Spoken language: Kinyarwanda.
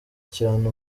cyane